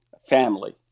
family